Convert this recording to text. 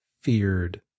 feared